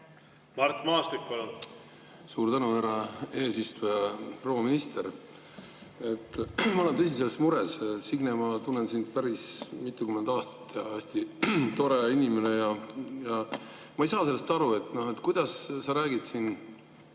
Mart Maastik, palun! Suur tänu, härra eesistuja! Proua minister! Ma olen tõsiselt mures. Signe, ma tunnen sind päris mitukümmend aastat. Sa oled hästi tore inimene ja ma ei saa sellest aru, kuidas sa räägid